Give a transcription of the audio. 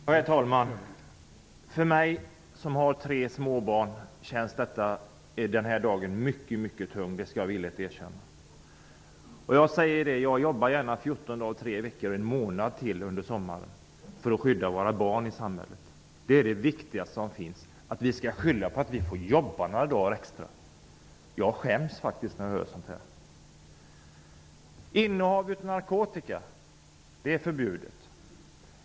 Herr talman! För mig som har tre småbarn känns den här dagen mycket tung; det skall jag villigt erkänna. Jag jobbar gärna en månad till under sommaren för att skydda våra barn i samhället. Det är det viktigaste som finns. Jag skäms faktiskt när jag hör att vi skall skylla på att vi måste jobba några dagar extra. Innehav av narkotika är förbjudet.